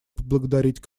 поблагодарить